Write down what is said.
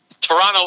Toronto